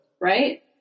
Right